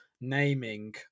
naming